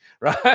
right